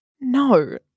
No